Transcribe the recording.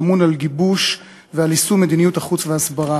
האמון על גיבוש ועל יישום מדיניות החוץ וההסברה.